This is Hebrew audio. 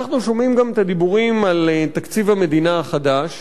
אנחנו גם שומעים את הדיבורים על תקציב המדינה החדש